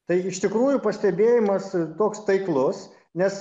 tai iš tikrųjų pastebėjimas toks taiklus nes